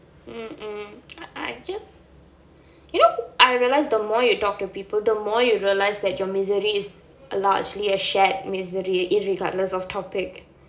mm mm I just you know I realise the more you talk to people the more you realise that your misery is largely a shared misery irregardless of topic